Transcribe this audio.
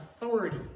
authority